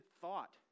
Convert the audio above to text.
thought